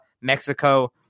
Mexico